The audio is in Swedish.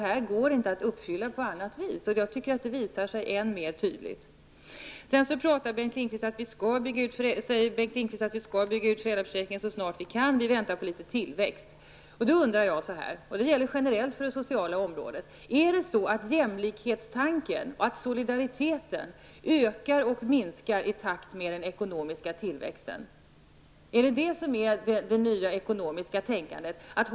Vi har kommit fram till att kraven i detta sammanhang inte kan uppfyllas på något annat vis. Detta blir allt tydligare. Bengt Lindqvist säger: Vi skall bygga ut föräldraförsäkringen så snart vi kan. Vi väntar på litet tillväxt. Då undrar jag, och det gäller generellt för det sociala området: Är det så, att jämlikhetstanken och solidariteten ökar resp. minskar i takt med förändringar av den ekonomiska tillväxten? Är detta det nya ekonomiska tänkandet?